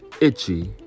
Itchy